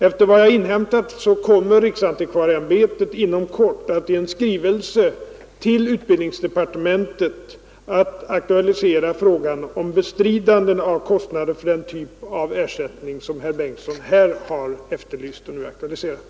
Efter vad jag inhämtat kommer riksantikvarieämbetet inom kort att i skrivelse till utbildningsdepartementet aktualisera frågan om bestridande av kostnader för den typ av ersättning som herr Bengtsson här efterlyst och aktualiserat.